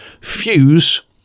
fuse